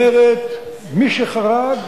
שאומרת: מי שחרג,